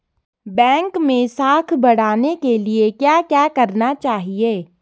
Bank मैं साख बढ़ाने के लिए क्या क्या करना चाहिए?